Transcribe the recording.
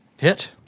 Hit